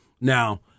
Now